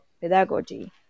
pedagogy